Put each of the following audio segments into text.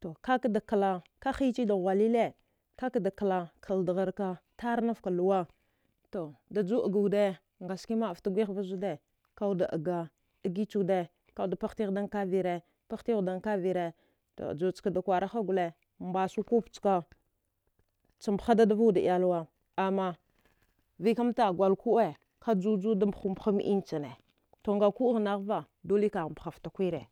To kaka da kle, ka hiya che da ghuwalile, kaka kle kal dagho ka ta vnet ka lewa, to, ju daga wde nga ske ma'a ff fet gwe he va zu de ka wde ɗaga, degi cheede ka wde da pagh tighe de ankavire, paghetigle wde ankavire juwa chka da klewara ha gile mbasu kup chka cha mbaha de ɗva wde iyuwa rek mata ama guwl ke'e ka'e juwa da mbahu mbahe mi enje chine to nga ku'e ghang va dolle ghana mbohu, mbaha fte kuire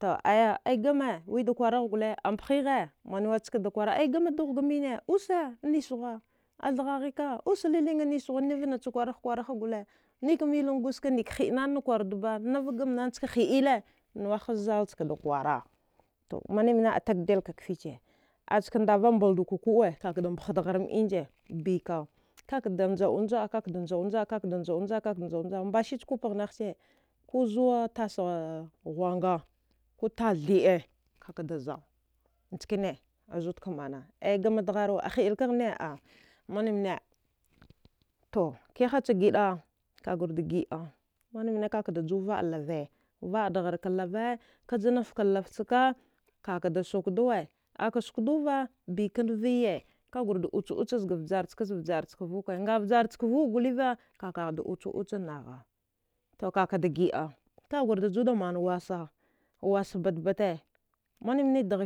to, aiya ai game, a mbhe ghe we da kuwar ghe gule, a mbehe ghe manwe chka da kuwara ai game dogh ga mine use nishe guava a thagha ghika uselilinge nishe gluwa niva na cha kuwargh kuwara ha gule nike miken guske nik hi'e na na ne kuwarwde ba neva gamnana chka hi de az zal chka da kuwara mimmine a tege del ka kde che aska ndava a mbal du ka ku'e a mbah degher kamie nje bi ka kaka njadu nja da kaka da njadu njada mbasi che kupe ghenaghe che, ku zuwa tas ghuw nga ku tas thi'e kaka deza liki zud da manna, ai gama dagharuwa a hiet ka ghane a mini mine to, ki ha cha giɗa, ka gur da giɗa, ka gur ju va'e lave, vaa daghar ka lave de, kafenghar ka lave chka ka ka da saku dwe, a ka da suk du va bi ka deviye ka gur da uche, ucha za vjraha chka nga vjr chka vuke gule va, ka ka de uchu ucha nagha, ai kaka ghr de gid, ka guar de ju man wasse, wasa betbete minimwa a deghe